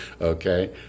Okay